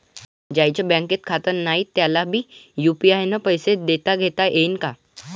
ज्याईचं बँकेत खातं नाय त्याईले बी यू.पी.आय न पैसे देताघेता येईन काय?